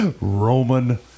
Roman